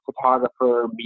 photographer